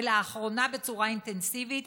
ולאחרונה בצורה אינטנסיבית,